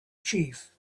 chief